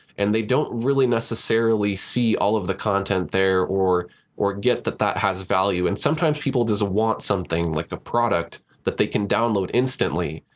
and they don't really necessarily see all of the content there or or get that that has value. and sometimes people just want something like a product that they can download instantly.